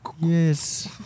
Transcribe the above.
Yes